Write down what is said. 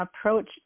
approach